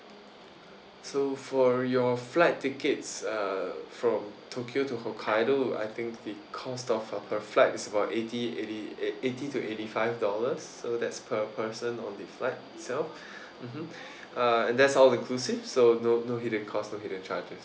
so for your flight tickets uh from tokyo to hokkaido I think the cost of the flight is about eighty eighty eight eighty to eighty five dollars so that's per person on the flight itself mmhmm uh and that's all inclusive so no no hidden cost hidden charges